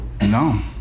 No